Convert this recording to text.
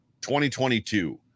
2022